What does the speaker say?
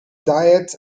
diets